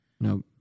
No